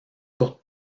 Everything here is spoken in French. courte